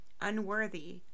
unworthy